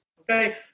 Okay